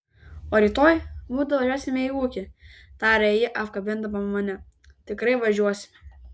o rytoj mudu važiuosime į ūkį tarė ji apkabindama mane tikrai važiuosime